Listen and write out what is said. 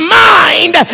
mind